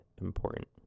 important